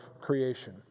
creation